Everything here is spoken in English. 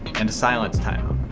and silence time